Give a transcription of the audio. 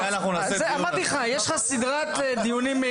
אמרתי לך, יש סדרת דיונים.